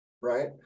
right